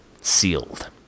sealed